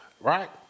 right